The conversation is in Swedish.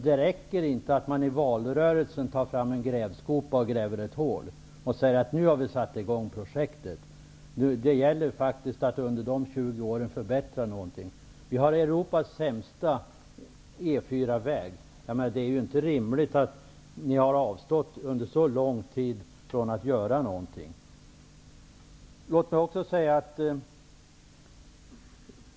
Det räcker inte att i valrörelsen ta fram en grävskopa, gräva ett hål och säga att man nu har satt i gång ett visst projekt. Det som gäller är att under dessa 20 år faktiskt förbättra någonting. Vi har Europas sämsta E 4-väg. Det är inte rimligt att tro att ni under så lång tid har avstått från att göra någonting.